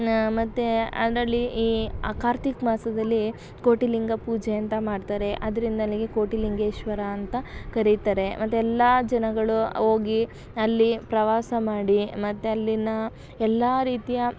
ಇನ್ನು ಮತ್ತೆ ಅದರಲ್ಲಿ ಈ ಆ ಕಾರ್ತೀಕ ಮಾಸದಲ್ಲಿ ಕೋಟಿಲಿಂಗ ಪೂಜೆ ಅಂತ ಮಾಡ್ತಾರೆ ಅದ್ರಿಂದ ನನಗೆ ಕೋಟಿಲಿಂಗೇಶ್ವರ ಅಂತ ಕರಿತಾರೆ ಮತ್ತು ಎಲ್ಲ ಜನಗಳು ಹೋಗಿ ಅಲ್ಲಿ ಪ್ರವಾಸ ಮಾಡಿ ಮತ್ತು ಅಲ್ಲಿಯ ಎಲ್ಲ ರೀತಿಯ